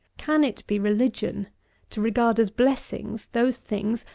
can it be religion to regard as blessings those things,